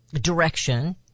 direction